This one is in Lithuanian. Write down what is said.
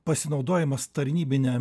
pasinaudojimas tarnybine